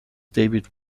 david